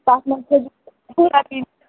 تَتھ منٛز تھٲوزِ وُہ رۅپیِن